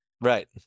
Right